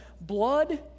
blood